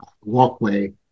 walkway